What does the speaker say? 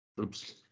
Oops